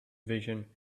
vision